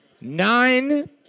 Nine